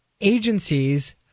agencies